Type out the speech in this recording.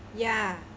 ya